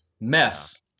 mess